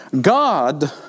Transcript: God